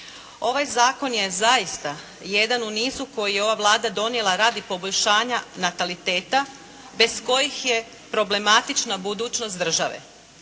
Ovaj zakon je zaista jedan u nizu koji je ova Vlada donijela radi poboljšanja nataliteta bez kojih je problematična budućnost države.